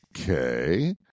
Okay